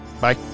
Bye